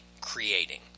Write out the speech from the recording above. creating